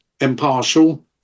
impartial